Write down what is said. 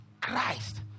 Christ